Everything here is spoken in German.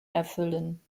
erfüllen